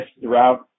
throughout